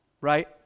right